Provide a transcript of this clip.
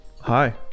Hi